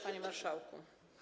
Panie Marszałku!